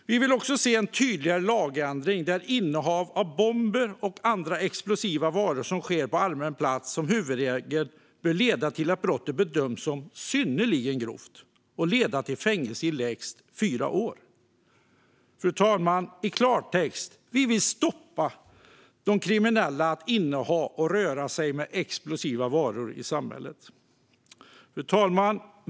Vi vill också se en tydligare lagändring, där innehav av bomber och andra explosiva varor som sker på allmän plats som huvudregel bör leda till att brottet bedöms som synnerligen grovt och leda till fängelse i lägst fyra år. I klartext: Vi vill stoppa kriminella från att inneha och röra sig med explosiva varor i samhället. Fru talman!